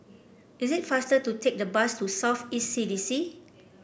is it faster to take the bus to South East C D C